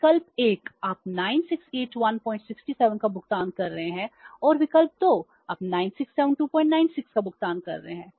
विकल्प 1 आप 968167 का भुगतान कर रहे हैं और विकल्प 2 आप 967296 का भुगतान कर रहे हैं